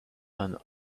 and